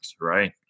Right